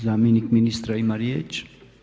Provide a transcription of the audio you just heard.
Zamjenik ministra ima riječ.